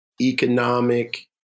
economic